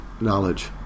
knowledge